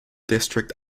district